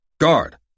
Guard